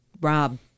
Rob